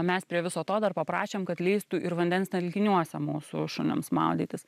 mes prie viso to dar paprašėm kad leistų ir vandens telkiniuose mūsų šunims maudytis